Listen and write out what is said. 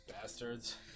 bastards